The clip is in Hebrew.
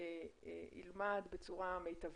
ילמד בצורה מיטבית.